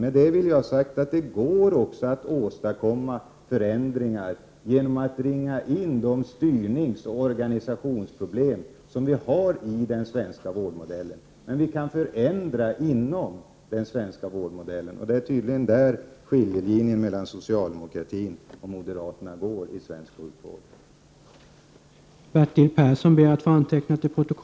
Med det vill jag ha sagt att det går att åstadkomma förändringar genom att ringa in de styrningsoch organisationsproblem som finns i den svenska vårdmodellen och att vi kan förändra inom den svenska vårdmodellen. Det är tydligen där skiljelinjen mellan socialdemokratin och moderaterna går i svensk sjukvårdspolitik.